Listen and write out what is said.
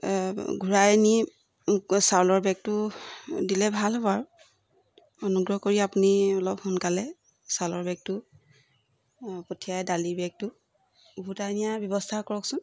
ঘূৰাই নি চাউলৰ বেগটো দিলে ভাল হ'ব আৰু অনুগ্ৰহ কৰি আপুনি অলপ সোনকালে চউলৰ বেগটো পঠিয়াই দালিৰ বেগটো ওভতাই নিয়াৰ ব্যৱস্থা কৰকচোন